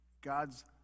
God's